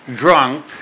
drunk